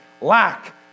lack